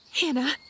Hannah